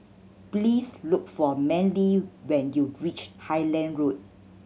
please look for Manly when you reach Highland Road